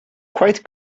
quite